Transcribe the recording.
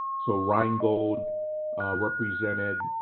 so reingold represented